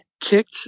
kicked